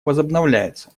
возобновляется